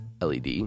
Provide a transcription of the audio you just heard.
LED